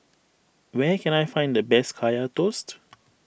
where can I find the best Kaya Toast